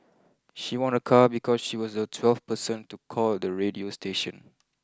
she won a car because she was the twelfth person to call the radio station